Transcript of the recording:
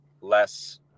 less